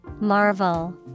Marvel